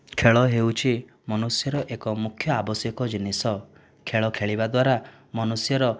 ଖେଳ ହେଉଛି ମନୁଷ୍ୟର ଏକ ମୁଖ୍ୟ ଆବଶ୍ୟକ ଜିନିଷ ଖେଳ ଖେଳିବା ଦ୍ଵାରା ମନୁଷ୍ୟର